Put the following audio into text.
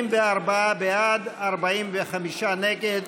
74 בעד, 45 נגד.